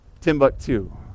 Timbuktu